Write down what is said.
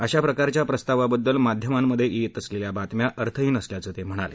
अशा प्रकारच्या प्रस्तावाबद्दल माध्यमांमध्ये येत असलेल्या बातम्या अर्थहीन असल्याचं ते म्हणाले